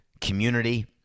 community